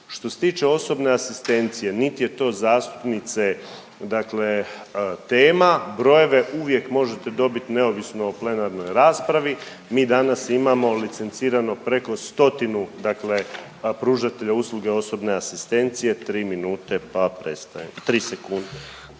Što se tiče osobne asistencije, niti je to zastupnice dakle tema, brojeve uvijek možete dobit neovisno o plenarnoj raspravi. Mi danas imamo licencirano preko stotinu dakle pružatelja usluge osobne asistencije, 3 minuta, pa prestajem, 3 sekunde.